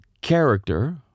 character